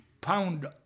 pound